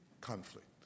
conflict